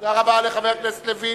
תודה רבה לחבר הכנסת לוין.